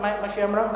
את מה שהיא אמרה?